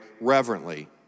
reverently